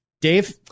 Dave